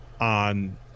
on